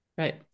Right